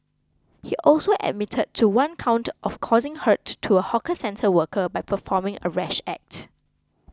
he also admitted to one count of causing hurt to a hawker centre worker by performing a rash act